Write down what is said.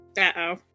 Uh-oh